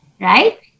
right